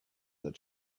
that